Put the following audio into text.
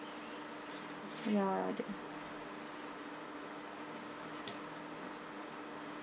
ya that